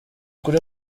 kuri